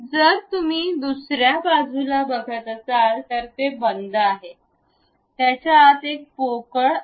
जर तुम्ही दुसऱ्या बाजूला बघत असाल तर ते बंद आहे त्याच्या आत एक पोकळ आहे